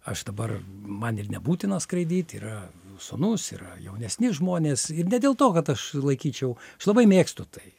aš dabar man ir nebūtina skraidyt yra sūnus yra jaunesni žmonės ir ne dėl to kad aš laikyčiau aš labai mėgstu tai